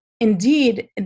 indeed